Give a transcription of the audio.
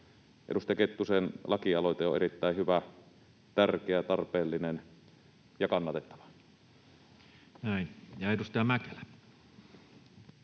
Edustaja Kettusen lakialoite on erittäin hyvä, tärkeä, tarpeellinen ja kannatettava. [Speech 100] Speaker: